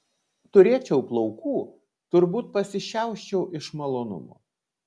turėčiau plaukų turbūt pasišiauščiau iš malonumo